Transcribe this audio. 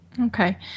Okay